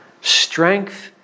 Strength